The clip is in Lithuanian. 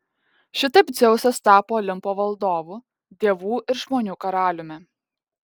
šitaip dzeusas tapo olimpo valdovu dievų ir žmonių karaliumi